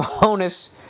bonus